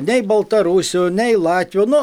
nei baltarusių nei latvių nu